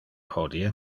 hodie